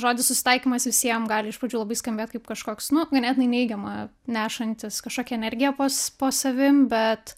žodis susitaikymas visiem gali iš pradžių labai skambėt kaip kažkoks nu ganėtinai neigiama nešantis kažkokią energiją pos po savim bet